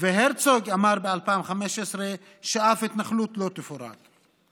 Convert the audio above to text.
והרצוג אמר ב-2015 שאף התנחלות לא תפורק.